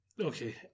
Okay